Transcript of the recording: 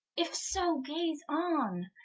if so, gaze on,